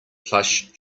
plush